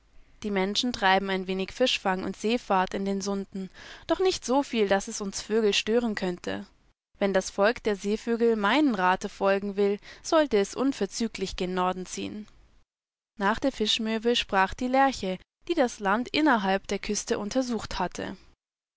die menschen treiben ein wenig fischfang und seefahrt in den sunden doch nicht so viel daß es uns vögel stören könnte wenn das volk der seevögel meinem rate folgen will sollte es unverzüglich gen norden ziehen nach der fischmöwe sprach die lerche die das land innerhalb der küste untersuchthatte